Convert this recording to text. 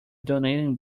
donating